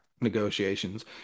negotiations